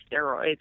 steroids